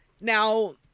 Now